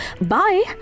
Bye